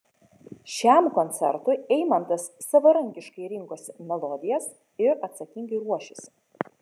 šiam koncertui eimantas savarankiškai rinkosi melodijas ir atsakingai ruošėsi